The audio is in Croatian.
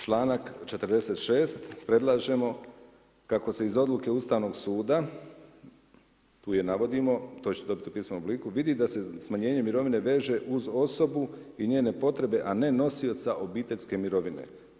Članak 46. predlažemo kako se iz odluke Ustavnog suda, tu je navodimo, to ćete dobiti u pismenom obliku, vidi da se smanjenje mirovine veže uz osobu i njene potrebe, a ne nosioca obiteljske mirovine.